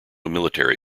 military